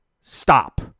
stop